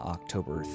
October